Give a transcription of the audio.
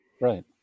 Right